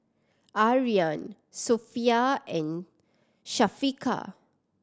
Aryan Sofea and Syafiqah